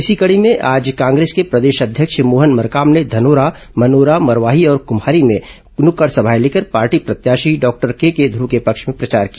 इसी कड़ी में आज कांग्रेस के प्रदेश अध्यक्ष मोहन मरकाम ने धनोरा मनोरा मरवाही और कृम्हारी में नुक्कड़ सभाएं लेकर पार्टी प्रत्याशी डॉक्टर केके ध्रव के पक्ष में प्रचार किया